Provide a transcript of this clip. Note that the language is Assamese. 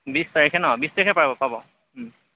বিশ তাৰিখে ন বিশ তাৰিখে পাব পাব